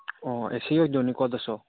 ꯑꯣ ꯑꯦ ꯁꯤ ꯑꯣꯏꯗꯣꯏꯅꯤꯀꯣ ꯑꯗꯨꯁꯨ